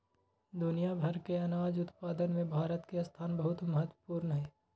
दुनिया भर के अनाज उत्पादन में भारत के स्थान बहुत महत्वपूर्ण हई